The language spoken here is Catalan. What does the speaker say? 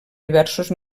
diversos